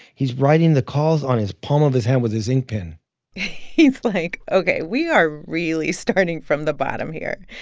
he's writing the calls on his palm of his hand with his ink pen he's like, ok, we are really starting from the bottom here.